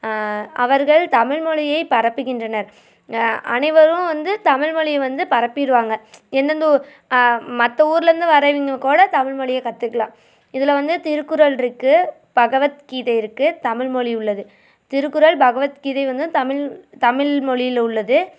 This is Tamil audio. அவர்கள் தமிழ்மொழியை பரப்புகின்றனர் அனைவரும் வந்து தமிழ்மொழி வந்து பரப்பிடுவாங்க எந்தெந்த ஊ மற்ற ஊர்லேருந்து வரவங்க கூட தமிழ்மொழியை கற்றுக்கலாம் இதில் வந்து திருக்குறள் இருக்குது பகவத் கீதை இருக்குது தமிழ்மொழி உள்ளது திருக்குறள் பகவத் கீதை வந்து தமிழ் தமிழ்மொழியில் உள்ளது